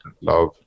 Love